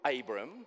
Abram